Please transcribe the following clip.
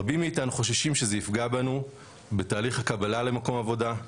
רבים מאתנו חוששים שזה יפגע בנו בתהליך הקבלה למקום עבודה.